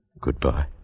Goodbye